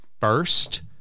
first